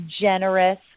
generous